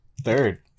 third